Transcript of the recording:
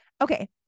Okay